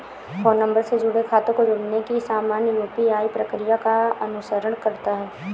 phone number से जुड़े खातों को जोड़ने की सामान्य यू.पी.आई प्रक्रिया का अनुसरण करता है